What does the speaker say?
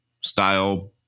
style